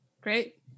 Great